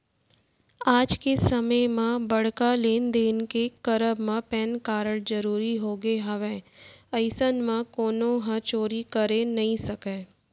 आज के समे म बड़का लेन देन के करब म पेन कारड जरुरी होगे हवय अइसन म कोनो ह चोरी करे नइ सकय